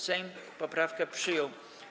Sejm poprawkę przyjął.